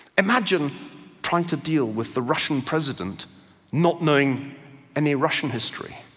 imagine trying to deal with the russian president not knowing any russian history.